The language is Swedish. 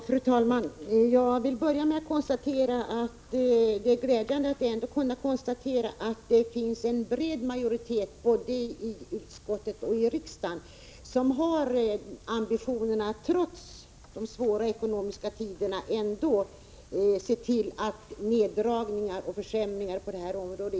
Fru talman! Jag vill börja med att konstatera att det är glädjande att det finns en bred majoritet både i utskottet och i riksdagen som har ambitionen, trots de svåra ekonomiska tiderna, att se till att det inte genomförs neddragningar och försämringar på detta område.